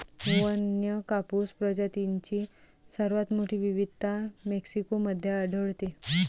वन्य कापूस प्रजातींची सर्वात मोठी विविधता मेक्सिको मध्ये आढळते